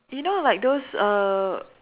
you know like those uh